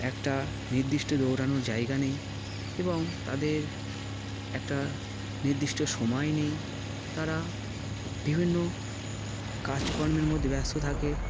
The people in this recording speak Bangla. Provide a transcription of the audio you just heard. একটা নির্দিষ্ট দৌড়ানোর জায়গা নেই এবং তাদের একটা নির্দিষ্ট সময় নেই তারা বিভিন্ন কাজকর্মের মধ্যে ব্যস্ত থাকে